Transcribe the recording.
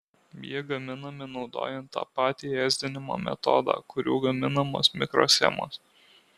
jie gaminami naudojant tą patį ėsdinimo metodą kuriuo gaminamos mikroschemos